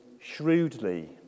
shrewdly